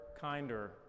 kinder